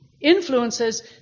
influences